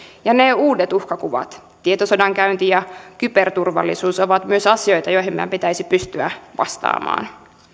ja ne uudet uhkakuvat tietosodankäynti ja kyberturvallisuus ovat myös asioita joihin meidän pitäisi pystyä vastaamaan